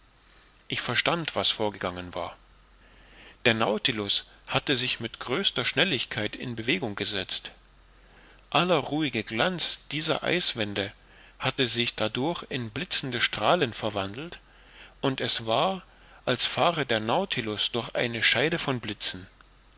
ich verstand was vorgegangen war der nautilus hatte sich mit größter schnelligkeit in bewegung gesetzt aller ruhige glanz der eiswände hatte sich dadurch in blitzende strahlen verwandelt und es war als fahre der nautilus durch eine scheide von blitzen